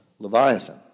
Leviathan